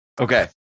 okay